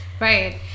Right